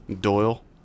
Doyle